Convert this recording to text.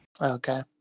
Okay